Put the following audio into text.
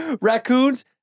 Raccoons